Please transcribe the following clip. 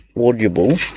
audible